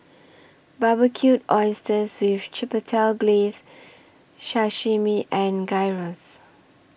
Barbecued Oysters with Chipotle Glaze Sashimi and Gyros